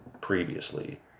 previously